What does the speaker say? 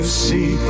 see